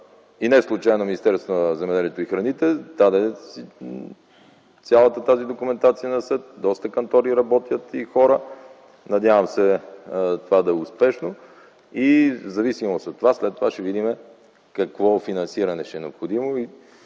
Неслучайно Министерството на земеделието и храните даде цялата тази документация на съд. Доста кантори и хора работят. Надявам се това да е успешно. В зависимост от него след това ще видим какво финансиране ще е необходимо